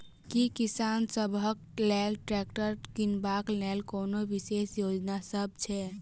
की किसान सबहक लेल ट्रैक्टर किनबाक लेल कोनो विशेष योजना सब छै?